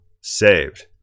saved